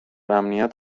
امنیت